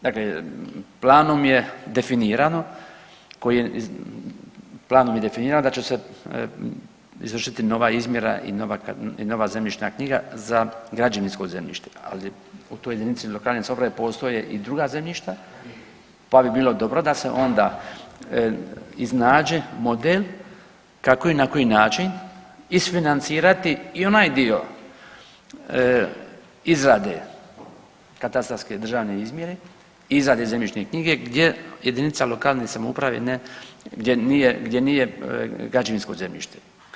Dakle, planom je definirano da će se izvršiti nova izmjera i nova zemljišna knjiga za građevinsko zemljište, ali u toj jedinici lokalne samouprave postoje i druga zemljišta pa bi bilo dobro da se onda iznađe model kako i na koji način isfinancirati i onaj dio izrade katastarske državne izmjere izrade zemljišne knjige gdje jedinica lokalne samouprave ne, gdje nije građevinsko zemljište.